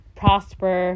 prosper